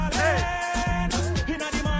hey